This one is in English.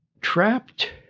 trapped